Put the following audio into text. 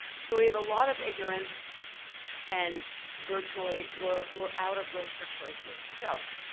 so we have a lot of ignorance and virtually we're we're out of road for choices. so,